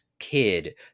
kid